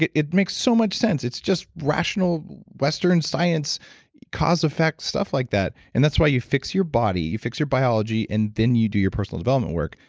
it it makes so much sense. it's just rational western science causeeffect stuff like that. and that's why you fix your body. you fix your biology. and then you do your personal development work.